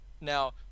now